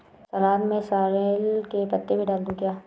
सलाद में सॉरेल के पत्ते भी डाल दूं क्या?